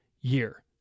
year